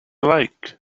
like